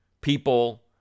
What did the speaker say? people